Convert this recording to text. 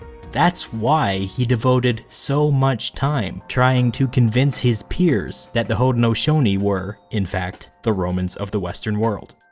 that's why he devoted so much time trying to convince his peers that the haudenosaunee were, in fact, the romans of the western world.